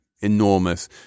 enormous